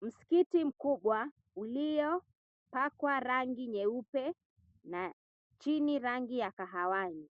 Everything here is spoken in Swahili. Msikiti mkubwa, uliopakwa rangi nyeupe na chini rangi ya kahawani.